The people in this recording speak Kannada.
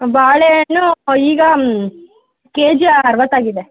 ಬಾಳೆ ಹಣ್ಣು ಈಗ ಕೆಜಿ ಅರವತ್ತು ಆಗಿದೆ